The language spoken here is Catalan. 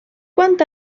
quant